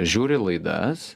žiūri laidas